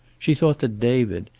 she thought that david,